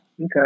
Okay